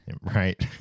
Right